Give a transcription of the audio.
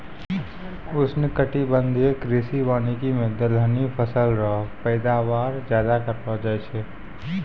उष्णकटिबंधीय कृषि वानिकी मे दलहनी फसल रो पैदावार ज्यादा करलो जाय छै